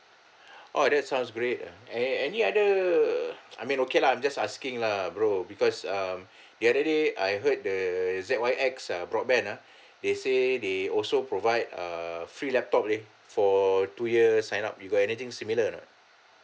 orh that sounds great ah a~ any other I mean okay lah I'm just asking lah bro because um the other day I heard the Z Y X ah broadband ah they say they also provide a free laptop leh for two years sign up you go anything similar or not